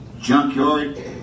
junkyard